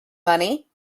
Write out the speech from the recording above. money